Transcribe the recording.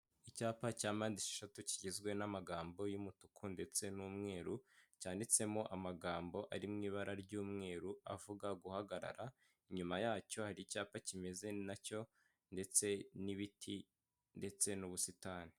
Icyapa cya mpandesheshatu kigizwe n'amagambo y'umutuku ndetse n'umweru, cyanditsemo amagambo ari mu ibara ry'umweru avuga guhagarara, inyuma yacyo hari icyapa kimeze na cyo ndetse n'ibiti ndetse n'ubusitani.